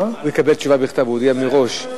הוא הודיע מראש.